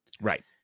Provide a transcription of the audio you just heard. Right